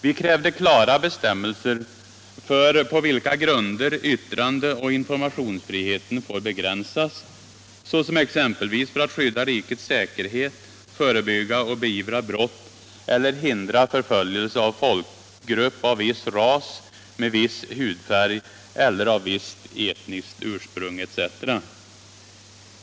Vi krävde klara bestämmelser för på vilka grunder vitrandeoch informationsfriheten får begränsas, såsom för att skydda rikets säkerhet, förebygga och beivra brott eller hindra förföljelse av tolkgrupp av viss ras, grundlagsändringar med viss hudfärg eller av visst etniskt ursprung.